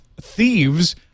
thieves